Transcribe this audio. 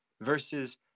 versus